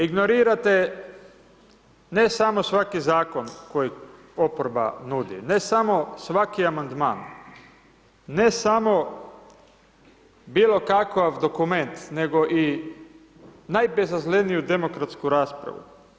Ignorirate ne samo svaki zakon koji oporba nudi, ne samo svaki Amandman, ne samo bilo kakav dokument, nego i bezazleniju demokratsku raspravu.